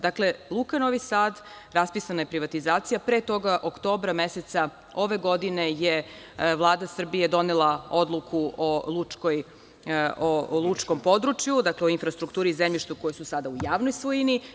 Dakle, Luka Novi Sad, raspisana je privatizacija, pre toga, oktobra meseca ove godine je Vlada Srbije donela odluku o lučkom području, dakle o infrastrukturi i zemljištu koji su sada u javnoj svojini.